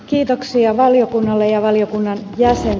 kiitoksia valiokunnalle ja valiokunnan jaostolle